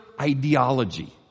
ideology